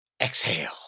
Exhale